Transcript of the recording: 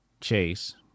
Chase